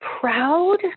proud